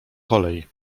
kolej